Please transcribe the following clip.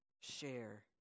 share